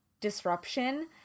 disruption